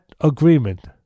agreement